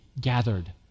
gathered